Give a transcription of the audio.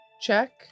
check